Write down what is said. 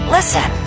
Listen